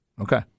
Okay